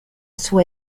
sua